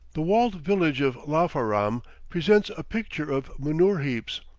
the walled village of lafaram presents a picture of manure heaps,